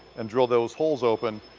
and drilled those holes open,